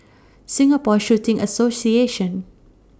Singapore Shooting Association